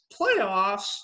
Playoffs